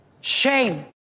shame